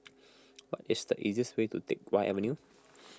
what is the easiest way to Teck Whye Avenue